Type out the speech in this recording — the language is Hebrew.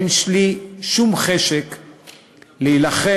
אין לי שום חשק להילחם.